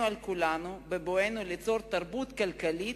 על כולנו בבואנו ליצור תרבות כלכלית,